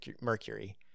Mercury